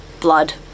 blood